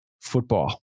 football